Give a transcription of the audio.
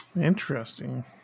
Interesting